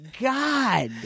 god